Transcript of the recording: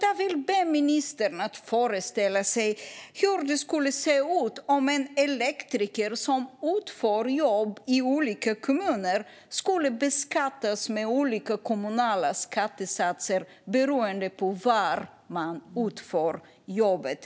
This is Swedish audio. Jag vill be ministern att föreställa sig hur det skulle se ut om en elektriker som utför jobb i olika kommuner skulle beskattas med olika kommunala skattesatser beroende på var man utför jobbet.